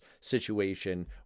situation